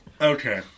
Okay